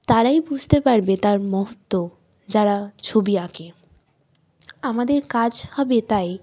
তারাই বুঝতে পারবে তার মহত্ত্ব যারা ছবি আঁকে আমাদের কাজ হবে তাই